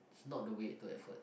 not the wait to effort